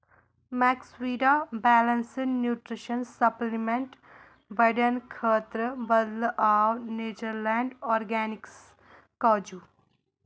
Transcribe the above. Maxvida balanced nutrition supplement بڑٮ۪ن خٲطرٕ بدلہٕ آو نیچرلینٛڈ آرگینِکس کاجوٗ